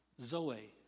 zoe